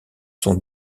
sont